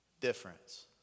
Difference